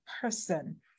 person